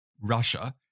Russia